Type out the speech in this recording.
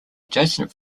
adjacent